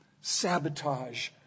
sabotage